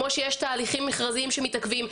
כמו שיש תהליכים מכרזיים שמתעכבים.